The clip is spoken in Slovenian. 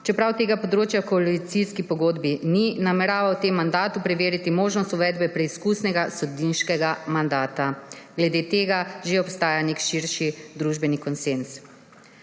čeprav tega področja v koalicijski pogodbi ni, namerava v tem mandatu preveriti možnost uvedbe preizkusnega sodniškega mandata. Glede tega že obstaja nek širši družbeni konsenz.